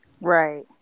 Right